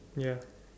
ya